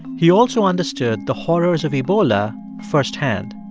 he also understood the horrors of ebola firsthand.